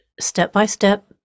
step-by-step